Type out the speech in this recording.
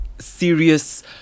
serious